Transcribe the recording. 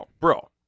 bro